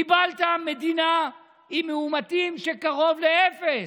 קיבלת מדינה עם מאומתים, קרוב לאפס,